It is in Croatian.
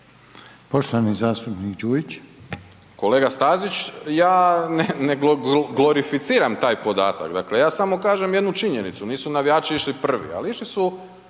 Poštovani zastupnik Đujić. **Đujić, Saša (SDP)** Kolega Stazić, ja ne glorificiram taj podataka, ja samo kažem jednu činjenicu, nisu navijači išli prvi, ali išli su